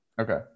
Okay